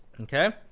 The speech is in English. ok.